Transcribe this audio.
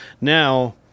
Now